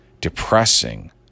depressing